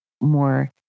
more